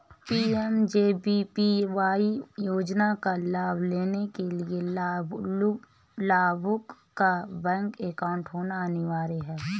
PMJBY योजना का लाभ लेने के लिया लाभुक का बैंक अकाउंट होना अनिवार्य है